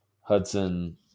Hudson